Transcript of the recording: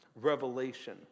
revelation